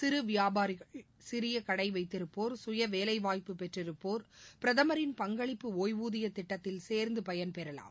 சிறுவியாபாரிகள் சிறியகடைவைத்திருப்போா் சுயவேலைவாய்ப்பு பெற்றிருப்போா் பிரதமரின் பங்களிப்பு ஒய்வூதியதிட்டத்தில் சேர்ந்து பயன் பெறலாம்